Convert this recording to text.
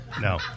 No